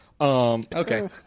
Okay